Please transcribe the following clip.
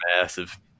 massive